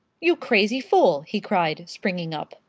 you crazy fool! he cried, springing up.